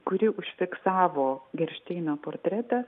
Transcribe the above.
kuri užfiksavo geršteino portretą